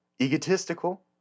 egotistical